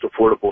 affordable